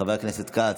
חבר הכנסת כץ,